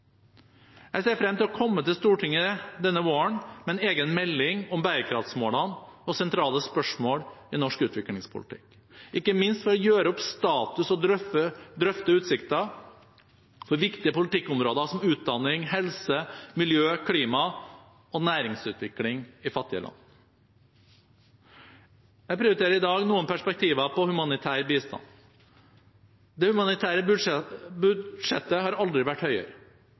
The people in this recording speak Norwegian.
Jeg ser frem til å komme til Stortinget denne våren med en egen melding om bærekraftsmålene og sentrale spørsmål i norsk utviklingspolitikk, ikke minst for å gjøre opp status og drøfte utsikter for viktige politikkområder som utdanning, helse, miljø, klima og næringsutvikling i fattige land. Jeg prioriterer i dag noen perspektiver på humanitær bistand. Det humanitære budsjettet har aldri vært høyere.